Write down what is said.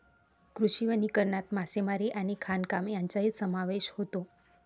कृषी वनीकरणात मासेमारी आणि खाणकाम यांचाही समावेश होतो